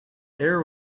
air